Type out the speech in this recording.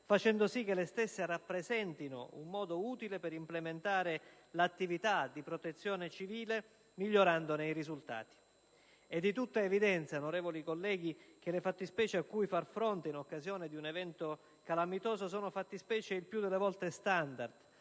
facendo sì che le stesse rappresentino un modo utile per implementare l'attività di protezione civile, migliorandone i risultati. È di tutta evidenza, onorevoli colleghi, che le fattispecie a cui far fronte in occasione di un evento calamitoso sono il più delle volte standard.